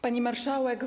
Pani Marszałek!